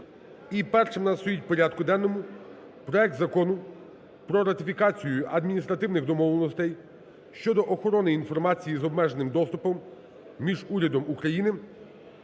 І першим у нас стоїть в порядку денному проект Закону про ратифікацію Адміністративних домовленостей щодо охорони інформації з обмеженим доступом між урядом України